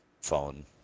phone